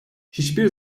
hiçbir